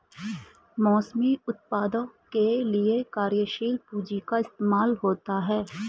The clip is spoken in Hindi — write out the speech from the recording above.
मौसमी उत्पादों के लिये कार्यशील पूंजी का इस्तेमाल होता है